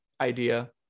idea